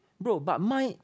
bro but mine